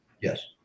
Yes